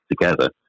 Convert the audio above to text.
together